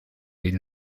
die